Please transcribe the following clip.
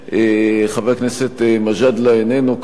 חבר הכנסת מג'אדלה איננו כאן,